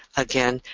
again,